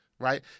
Right